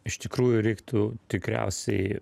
iš tikrųjų reiktų tikriausiai